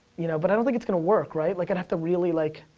you know, but i don't think it's gonna work, right? like, i'd have to really like